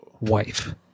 wife